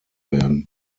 werden